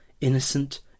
innocent